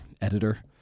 editor